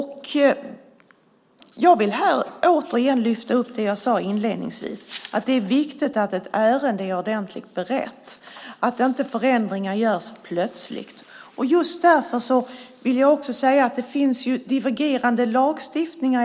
Här vill jag återigen lyfta fram att det är viktigt att ett ärende är ordentligt berett och att inte förändringar görs plötsligt. I det här sammanhanget finns det ju divergerande lagstiftning.